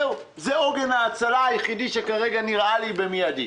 זה עוגן ההצלה היחיד שכרגע נראה לי באופן מיידי.